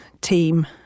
team